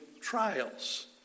trials